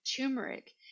turmeric